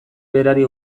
berari